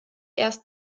erst